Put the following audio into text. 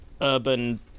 urban